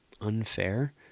unfair